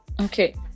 Okay